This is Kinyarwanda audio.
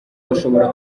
bashobora